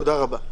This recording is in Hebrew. תודה רבה.